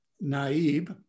naib